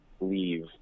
leave